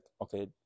okay